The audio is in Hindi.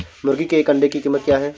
मुर्गी के एक अंडे की कीमत क्या है?